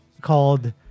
called